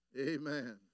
Amen